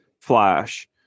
flash